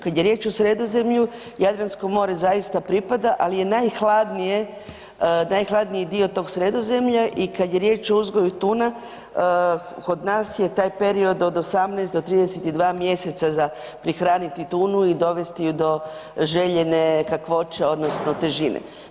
Kad je riječ o Sredozemlju Jadransko more zaista pripada, al je najhladnije, najhladniji dio tog Sredozemlja i kad je riječ o uzgoju tuna kod nas je taj period od 18 do 32 mjeseca za prehraniti tunu i dovesti je do željene kakvoće odnosno težine.